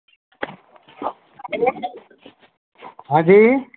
हाँ जी